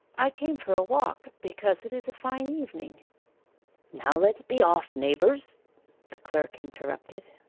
i came for a walk because it is a fine evening now let's be off, neighbours the clerk interrupted.